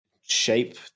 shape